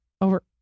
over